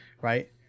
right